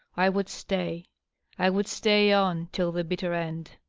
i would stay i would stay on, till the bitter end.